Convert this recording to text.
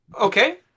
Okay